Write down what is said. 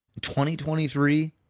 2023